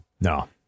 No